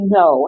no